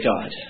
God